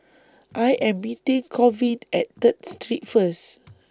I Am meeting Colvin At Third Street First